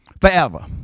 forever